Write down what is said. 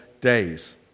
days